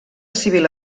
civil